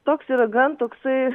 toks yra gan toksai